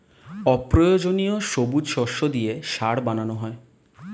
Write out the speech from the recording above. অপ্রয়োজনীয় সবুজ শস্য দিয়ে সার বানানো হয়